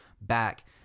back